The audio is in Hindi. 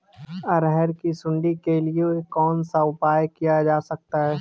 अरहर की सुंडी के लिए कौन सा उपाय किया जा सकता है?